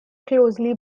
closely